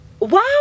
Wow